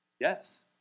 Yes